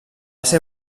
ser